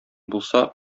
булса